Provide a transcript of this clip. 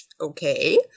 okay